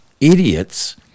idiots